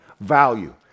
value